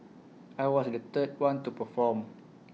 I was the third one to perform